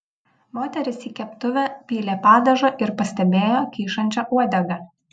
moteris į keptuvę pylė padažą ir pastebėjo kyšančią uodegą